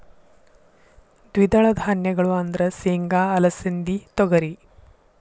ದ್ವಿದಳ ಧಾನ್ಯಗಳು ಅಂದ್ರ ಸೇಂಗಾ, ಅಲಸಿಂದಿ, ತೊಗರಿ